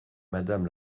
madame